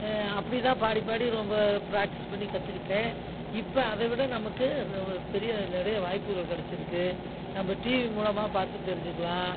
அப்படி தான் பாடி பாடி ரொம்ப ப்ராக்டிஸ் பண்ணி கற்றுக்கிட்டேன் இப்போ அதை விட நமக்கு பெரிய நிறைய வாய்ப்புகள் கிடச்சிருக்கு நம்ம டிவி மூலமாக பார்த்து தெரிஞ்சுக்கலாம்